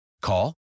call